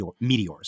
meteors